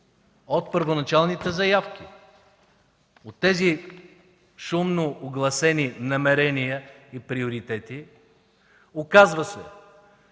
от първоначалните заявки, от тези шумно огласени намерения и приоритети? Оказва се,